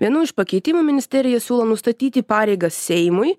vienu iš pakeitimų ministerija siūlo nustatyti pareigą seimui